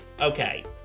Okay